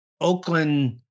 Oakland